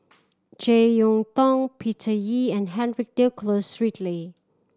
Jek Yeun Thong Peter Lee and Henry Nicholas Ridley